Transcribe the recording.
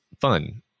fun